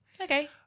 okay